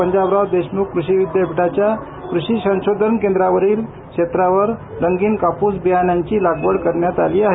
पंजाबराव कषी विदयापीठाच्या कषी संशोधन केंदावरील क्षेत्रावर रंगीन कापस बियानांची लागवड करण्यात आली आहे